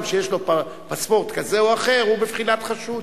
שיש לו פספורט כזה או אחר הוא בבחינת חשוד.